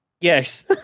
yes